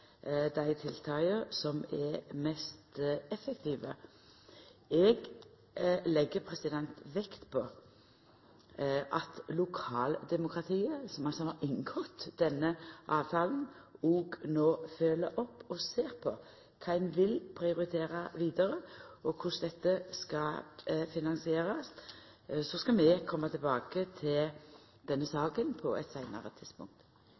dei tiltaka som er mest effektive. Eg legg vekt på at lokaldemokratiet, som altså har inngått denne avtalen, òg no følgjer opp og ser på kva ein vil prioritera vidare, og korleis dette skal finansierast, og så skal vi koma tilbake til denne saka på eit seinare tidspunkt.